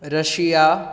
Russia